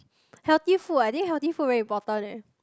healthy food ah I think healthy food very important eh